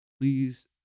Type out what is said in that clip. Please